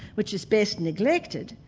which is best neglected,